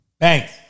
Thanks